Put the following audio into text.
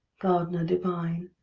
gardener divine,